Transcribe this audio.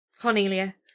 cornelia